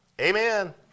Amen